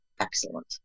excellent